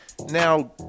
now